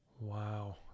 wow